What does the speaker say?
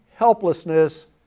Helplessness